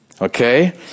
Okay